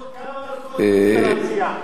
כמה מלקות רצית להציע?